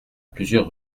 plusieurs